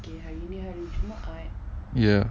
ya